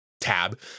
tab